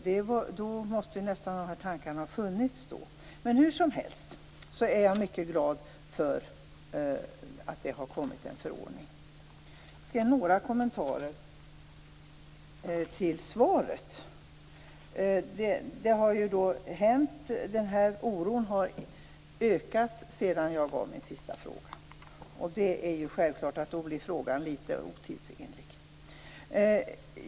Då måste nästan de här tankarna ha funnits då. Hur som helst så är jag mycket glad att det har kommit en förordning. Jag skall göra några kommentarer till svaret. Det har ju hänt att den här oron har ökat sedan jag ställde min senaste fråga. Det är självklart att frågan då blir litet otidsenlig.